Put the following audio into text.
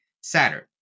Saturn